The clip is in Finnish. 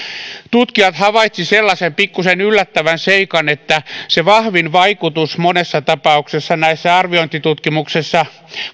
tutkijat havaitsivat sellaisen pikkusen yllättävän seikan että se vahvin vaikutus monessa tapauksessa näissä arviointitutkimuksissa